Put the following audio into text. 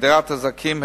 הגדרת הזכאים,